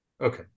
Okay